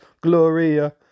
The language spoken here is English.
Gloria